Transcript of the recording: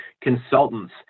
consultants